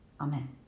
Amen